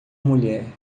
mulher